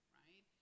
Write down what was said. right